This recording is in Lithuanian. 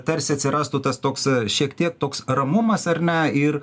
tarsi atsirastų tas toksai šiek tiek toks ramumas ar ne ir